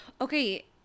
okay